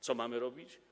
Co mamy robić?